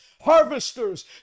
harvesters